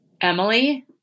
Emily